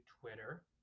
Twitter